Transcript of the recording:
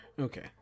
Okay